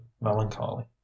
melancholy